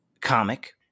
comic